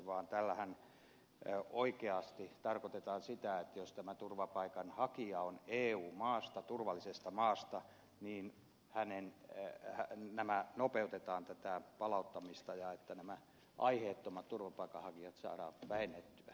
vaan tällähän oikeasti tarkoitetaan sitä että jos tämä turvapaikanhakija on eu maasta turvallisesta maasta niin nopeutetaan tätä palauttamista ja että näitä aiheettomia turvapaikanhakijoita saadaan vähennettyä